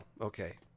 okay